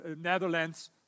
Netherlands